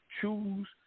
choose